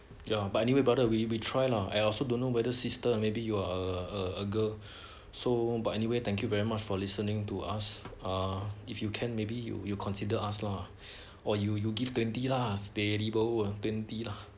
ya but anyway brother we we try lah I also don't know whether system maybe you are a girl so but anyway thank you very much for listening to us uh if you can maybe you you consider us lah or you you give twenty lah steady bo twenty lah